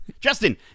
Justin